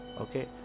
okay